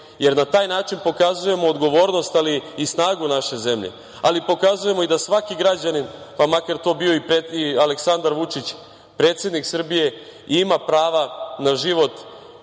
jer na taj način pokazujemo odgovornost, ali i snagu naše zemlje, pokazujemo da i svaki građanin, pa makar to bio i Aleksandar Vučić, predsednik Srbije, ima prava na život,